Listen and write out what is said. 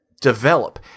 develop